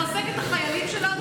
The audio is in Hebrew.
לחזק את החיילים שלנו,